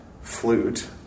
flute